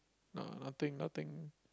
n~ nothing nothing